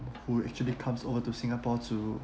who actually comes over to singapore to